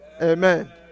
amen